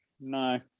No